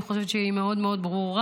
אני חושבת שהיא מאוד מאוד ברורה,